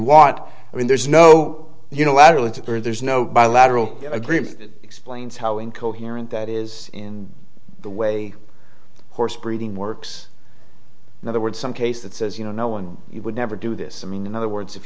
want i mean there's no unilaterally that there's no bilateral agreement explains how incoherent that is in the way the horse breeding works in other words some case that says you know no one you would never do this i mean in other words if